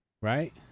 Right